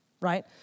right